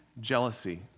jealousy